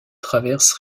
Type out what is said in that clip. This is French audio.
traverse